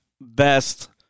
best